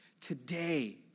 today